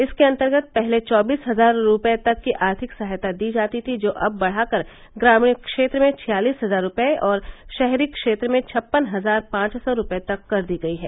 इसके अंतर्गत पहले चौबीस हजार रुपये तक की आर्थिक सहायता दी जाती थी जो अब बढ़ाकर ग्रामीण क्षेत्र में छियालीस हजार रुपये और शहरी क्षेत्र में छप्पन हजार पांच सौ रुपये तक कर दी गई है